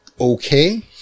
okay